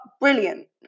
Brilliant